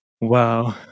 wow